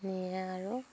নিয়ে আৰু